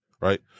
Right